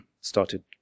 started